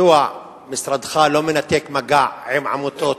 מדוע משרדך לא מנתק מגע עם עמותות